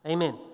？Amen